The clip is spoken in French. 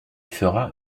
fera